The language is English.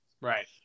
Right